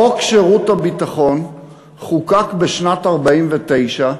חוק שירות ביטחון חוקק בשנת 1949,